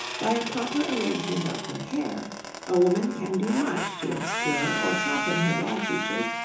by a proper arrangement of her hair a woman can do much to obscure or soften her bad features,